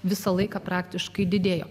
visą laiką praktiškai didėjo